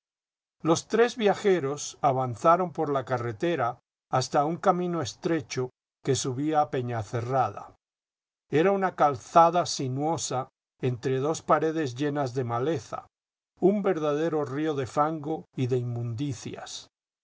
los tres viajeros avanzaron por la carretera hasta un estrecho camino que subía a peñacerrada era una calzada sinuosa entre dos paredes llenas de maleza un verdadero río de fango y de inmundicias